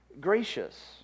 gracious